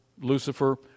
Lucifer